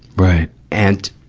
right. and,